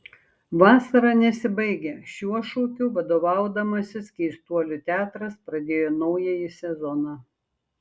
vasara nesibaigia šiuo šūkiu vadovaudamasis keistuolių teatras pradėjo naująjį sezoną